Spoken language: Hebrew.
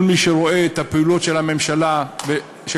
כל מי שרואה את הפעילות של הממשלה ושל